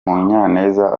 munyaneza